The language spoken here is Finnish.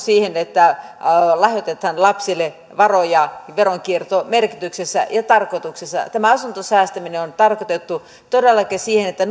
siihen että lahjoitetaan lapsille varoja veronkiertomerkityksessä ja tarkoituksessa tämä asuntosäästäminen on tarkoitettu todellakin siihen että